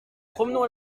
promenons